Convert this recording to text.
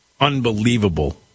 unbelievable